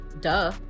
duh